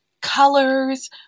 Colors